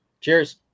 Cheers